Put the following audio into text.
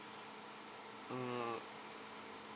mm